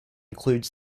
includes